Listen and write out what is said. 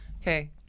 Okay